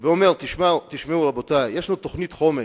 ואומר, תשמעו, רבותי, יש לו תוכנית חומש,